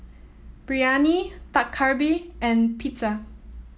Biryani Dak Galbi and Pizza